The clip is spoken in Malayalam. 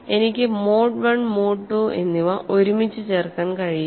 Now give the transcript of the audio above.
എനിക്ക് മോഡ് I മോഡ് II എന്നിവ ഒരുമിച്ച് ചേർക്കാൻ കഴിയില്ല